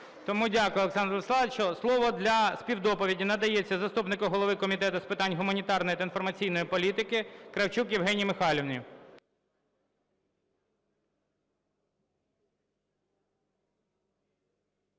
Тому дякую, Олександре Владиславовичу. Слово для співдоповіді надається заступнику голові Комітету з питань гуманітарної та інформаційної політики Кравчук Євгенії Михайлівні.